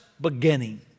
beginning